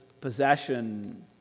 possession